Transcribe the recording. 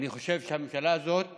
אני חושב שהממשלה הזאת כושלת,